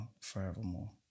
forevermore